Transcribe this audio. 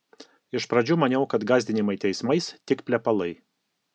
iš pradžių maniau kad gąsdinimai teismais tik plepalai